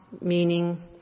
meaning